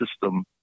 system